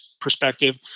perspective